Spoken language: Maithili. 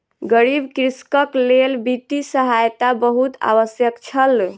गरीब कृषकक लेल वित्तीय सहायता बहुत आवश्यक छल